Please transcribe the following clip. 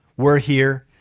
we're here.